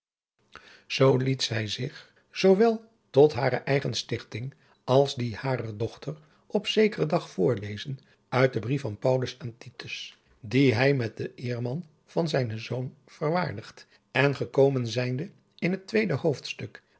liet zij zich zoo wel tot hare eigen stichting als die harer dochter op zekeren dag voorlezen uit den brief van paulus aan titus dien hij met den eernaam van zijnen zoon verwaardigt en gekomen zijnde in het tweede hoofdstuk